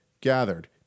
gathered